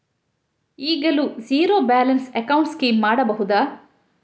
ಈಗಲೂ zero balance account scheme ಮಾಡಬಹುದಾ?